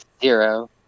Zero